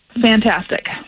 fantastic